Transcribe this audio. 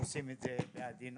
שעושים את זה בעדינות,